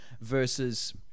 versus